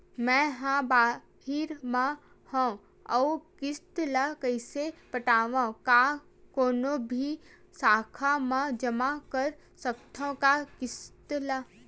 मैं हा बाहिर मा हाव आऊ किस्त ला कइसे पटावव, का कोनो भी शाखा मा जमा कर सकथव का किस्त ला?